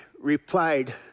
replied